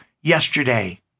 yesterday